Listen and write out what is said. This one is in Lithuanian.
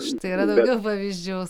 štai yra daugiau pavyzdžių